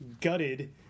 gutted